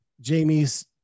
Jamie's